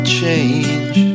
change